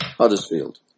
Huddersfield